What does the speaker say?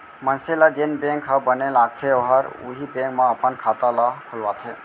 मनसे ल जेन बेंक ह बने लागथे ओहर उहीं बेंक म अपन खाता ल खोलवाथे